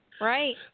Right